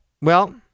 well-